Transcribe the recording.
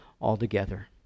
altogether